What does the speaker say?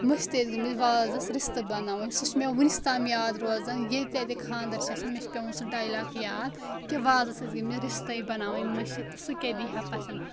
مٔشتٕے ٲسۍ گٔمٕتۍ وازَس رِستہٕ بَناوٕنۍ سُہ چھُ مےٚ وُنیُک تام یاد روزان ییٚتہِ ییٚتہِ خاندَر چھِ آسان مےٚ چھِ پٮ۪وان سُہ ڈایلاک یاد کہ وازَس ٲسۍ گٔمٕتۍ رِستَے بَناوٕنۍ مٔشِت تہٕ سُہ کیاہ دی ہا پَژھٮ۪ن